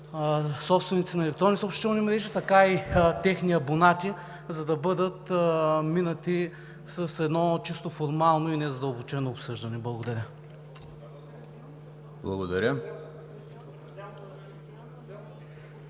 собственици на електронни съобщителни мрежи, така и техни абонати, за да бъдат минати с едно чисто формално и незадълбочено обсъждане. Благодаря.